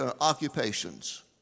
occupations